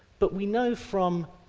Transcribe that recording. but we know from